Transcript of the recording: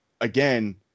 again